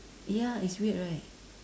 ya it's weird right